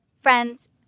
Friends